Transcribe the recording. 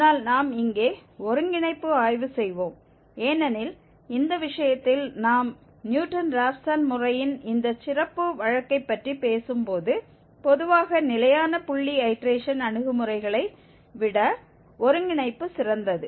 ஆனால் நாம் இங்கே ஒருங்கிணைப்பு ஆய்வு செய்வோம் ஏனெனில் இந்த விஷயத்தில் நாம் நியூட்டன் ராப்சன் முறையின் இந்த சிறப்பு வழக்கைப் பற்றி பேசும்போது பொதுவாக நிலையான புள்ளி ஐடேரேஷன் அணுகுமுறைகளை விட ஒருங்கிணைப்பு சிறந்தது